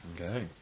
Okay